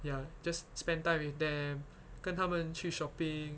ya just spend time with them 跟他们去 shopping